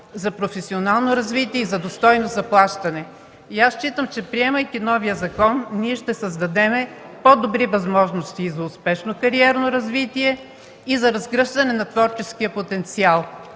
за професионално развитие и за достойно заплащане. Считам, че приемайки новия закон, ние ще създадем по-добри възможности и за успешно кариерно развитие, и за разгръщане на творческия потенциал.